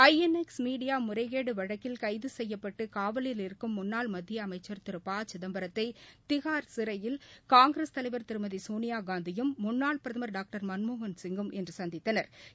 ஐ N X media முறைகேடு வழக்கில் கைது செயயப்பட்டு காவலில் இருக்கும் முன்னாள் மத்திய அமைச்சர் திரு ப சிதம்பரத்தை திகார் சிறையில் காங்கிரஸ் தலைவர் திருமதி சோனியாகாந்தியும் முன்னாள் பிரதமர் டாக்டர் மன்மோகன்சிங்கும் இன்று சந்தித்தனா்